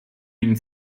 ihm